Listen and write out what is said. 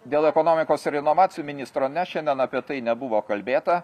dėl ekonomikos ir inovacijų ministro ne šiandien apie tai nebuvo kalbėta